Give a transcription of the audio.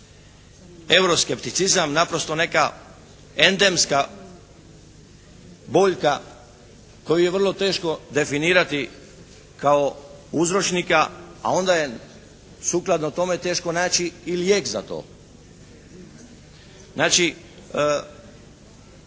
euro skepticizam naprosto neka endemska boljka koju je vrlo teško definirati kao uzročnika, a onda je sukladno tome teško naći i lijek za to. Znači,